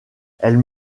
elle